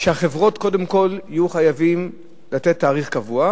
שהחברות קודם כול יהיו חייבות לתת תאריך קבוע,